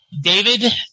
David